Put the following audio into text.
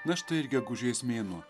na štai ir gegužės mėnuo